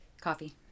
Coffee